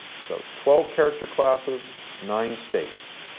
so twelve character classes, nine states.